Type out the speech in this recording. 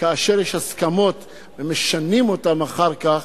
כאשר יש הסכמות ומשנים אותן אחר כך,